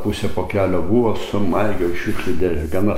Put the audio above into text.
pusė pokelio buvo sumaigiau į šiukšlių dėžę gana